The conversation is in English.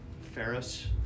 Ferris